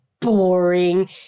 boring